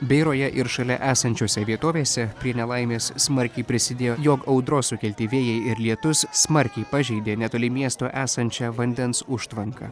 beiroje ir šalia esančiose vietovėse prie nelaimės smarkiai prisidėjo jog audros sukelti vėjai ir lietus smarkiai pažeidė netoli miesto esančią vandens užtvanką